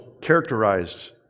characterized